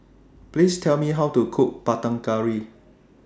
Please Tell Me How to Cook Panang Curry